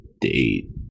date